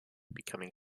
becoming